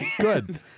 Good